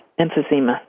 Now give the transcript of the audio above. emphysema